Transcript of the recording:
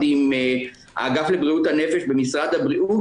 עם האגף לבריאות הנפש במשרד הבריאות,